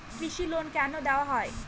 কৃষি লোন কেন দেওয়া হয়?